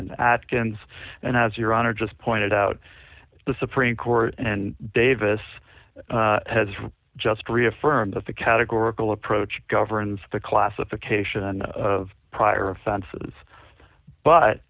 and atkins and as your honor just pointed out the supreme court and davis has just reaffirmed that the categorical approach governs the classification of prior offenses but